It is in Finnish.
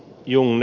jung